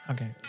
Okay